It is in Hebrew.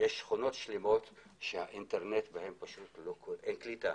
יש שכונות שלמות שהאינטרנט בהם כושל ואין קליטה.